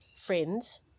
friends